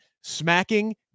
smacking